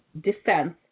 defense